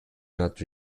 not